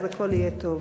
אז הכול יהיה טוב.